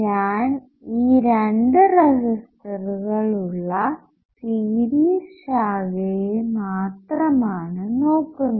ഞാൻ ഈ രണ്ടു റെസിസ്റ്ററുകൾ ഉള്ള സീരീസ് ശാഖയെ മാത്രമാണ് നോക്കുന്നത്